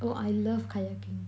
oh I love kayaking